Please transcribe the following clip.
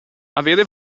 avere